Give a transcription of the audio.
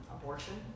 abortion